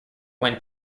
when